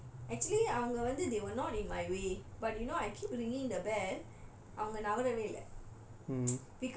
opposite my direction okay actually அவங்க வந்து:avanga vanthu they were not in my way but do you know I keep ringing the bell அவங்க நகரவே இல்ல:avanga nagarave illa